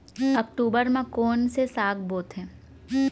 अक्टूबर मा कोन से साग बोथे?